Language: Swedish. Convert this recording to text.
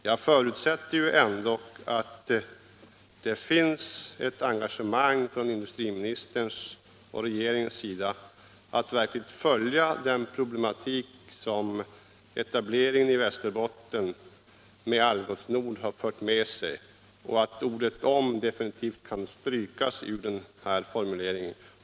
Jag förutsätter att det finns intresse från industriministerns och regeringens sida att följa den problematik som Algots Nords etablering i Västerbotten har fört med sig och att ordet m” definitivt kan strykas ur formuleringen.